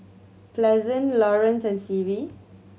Pleasant Laurence and Stevie